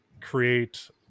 create